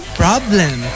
problem